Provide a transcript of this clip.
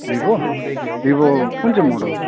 Vivo Vivo कुन चाहिँ model